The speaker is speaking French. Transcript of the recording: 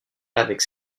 avec